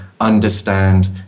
understand